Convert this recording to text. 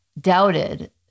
doubted